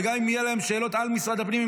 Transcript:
וגם אם יהיו להם שאלות על משרד הפנים,